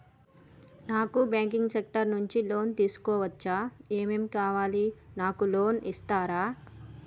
నాకు banking sector నుంచి loan తీసుకోవచ్చా? ఏమేం కావాలి? నాకు లోన్ ఇస్తారా?